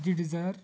ਜੀ ਡਿਜਾਇਰ